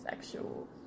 sexual